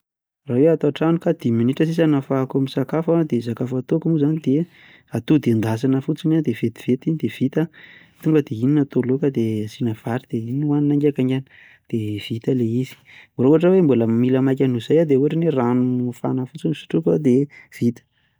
Raha hoe ato antranoko aho dia dimy minitra sisa no ahafahako misakafo an, dia ny sakafo hataoko moa izany an, dia atody hendasina fotsiny an dia vetivety iny dia vita, tonga dia iny no atao laoka dia asina vary dia iny no hohanina haingankaingana, dia vita ilay izy, raha ohatra hoe mbola mila maika noho izay an dia, rano mafana fotsiny no sotroiko an dia vita.